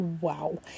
wow